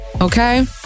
Okay